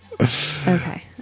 Okay